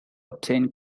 obtain